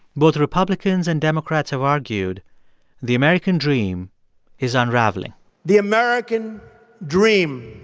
both republicans and democrats have argued the american dream is unraveling the american dream